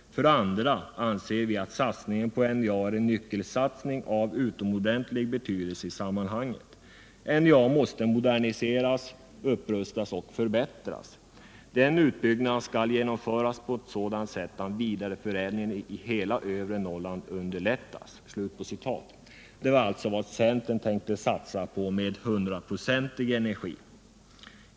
För det andra anser vi att satsningen på NJA är en nyckelsatsning av utomordentlig betydelse i sammanhanget. NJA måste moderniseras, upprustas och förbättras. Den utbyggnaden skall utföras på sådant sätt att vidareförädling i hela övre Norrland underlättas.” Det var alltså vad centern tänkte satsa på med hundraprocentig energi.